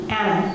Anna